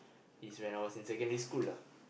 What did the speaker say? is when I was in secondary school lah